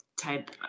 type